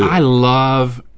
i love